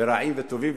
ורעים וטובים.